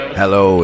hello